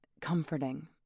comforting